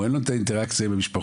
אין לו את האינטראקציה עם המשפחות,